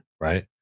Right